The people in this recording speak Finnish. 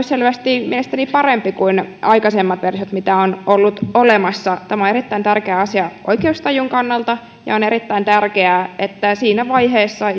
selvästi parempi kuin aikaisemmat versiot mitä on ollut olemassa tämä on erittäin tärkeä asia oikeustajun kannalta ja on erittäin tärkeää siinä vaiheessa